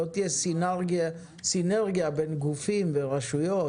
לא תהיה סינרגיה בין גופים ורשויות?